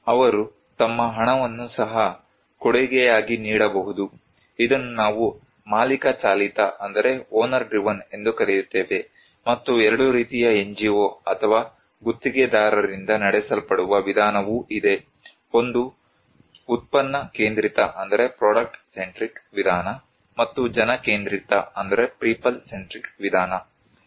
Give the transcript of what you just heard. ಅವರು ತಮ್ಮ ಹಣವನ್ನು ಸಹ ಕೊಡುಗೆಯಾಗಿ ನೀಡಬಹುದು ಇದನ್ನು ನಾವು ಮಾಲೀಕ ಚಾಲಿತ ಎಂದು ಕರೆಯುತ್ತೇವೆ ಮತ್ತು 2 ರೀತಿಯ NGO ಅಥವಾ ಗುತ್ತಿಗೆದಾರರಿಂದ ನಡೆಸಲ್ಪಡುವ ವಿಧಾನವೂ ಇದೆ ಒಂದು ಉತ್ಪನ್ನ ಕೇಂದ್ರಿತ ವಿಧಾನ ಮತ್ತು ಜನ ಕೇಂದ್ರಿತ ವಿಧಾನ